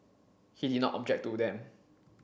he did not object to them